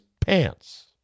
pants